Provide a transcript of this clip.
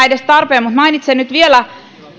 edes tarpeen mutta mainitsen nyt vielä